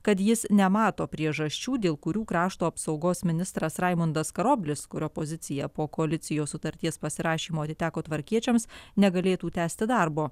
kad jis nemato priežasčių dėl kurių krašto apsaugos ministras raimundas karoblis kurio pozicija po koalicijos sutarties pasirašymo atiteko tvarkiečiams negalėtų tęsti darbo